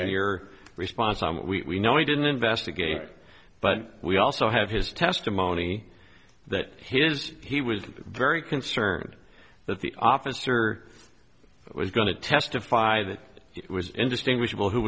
in your response on what we know he didn't investigate but we also have his testimony that his he was very concerned that the officer was going to testify that it was indistinguishable who